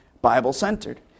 Bible-centered